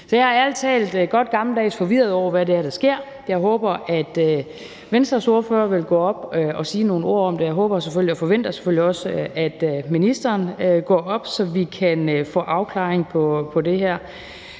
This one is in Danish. Jeg er ærlig talt godt gammeldags forvirret over, hvad det er, der sker. Jeg håber, at Venstres ordfører vil gå op og sige nogle ord om det, og jeg håber og forventer selvfølgelig også, at ministeren går op, så vi kan få en afklaring på det her.